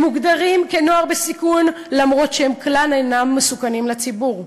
הם מוגדרים נוער בסיכון אף-על-פי שהם כלל אינם מסוכנים לציבור.